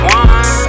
one